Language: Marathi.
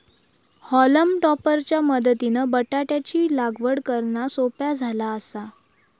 हॉलम टॉपर च्या मदतीनं बटाटयाची लागवड करना सोप्या झाला आसा